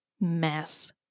mess